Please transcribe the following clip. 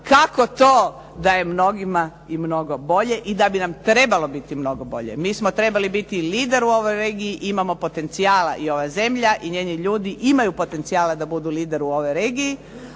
Kako to da je mnogima i mnogo bolje i da bi nam trebalo biti mnogo bolje? Mi smo trebali biti lider u ovoj regiji i imamo potencijala i ova zemlja i njeni ljudi imaju potencijala da budu lider u ovoj regiji,